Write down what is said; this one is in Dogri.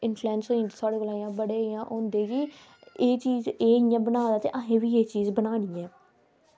साढ़े कन्नै बड़े इंया होंदे कि एह् चीज़ एह् इंया बना दा ते असें बी एह् चीज़ बनानी ऐ